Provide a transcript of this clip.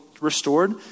restored